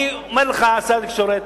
אני אומר לך, שר התקשורת,